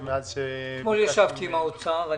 אתמול ישבתי עם האוצר.